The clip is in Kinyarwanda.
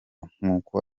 nk’uko